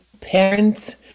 parents